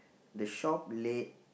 the shop late